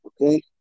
Okay